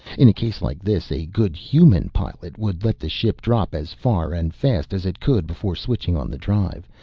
in a case like this a good human pilot would let the ship drop as far and fast as it could before switching on the drive.